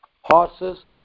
Horses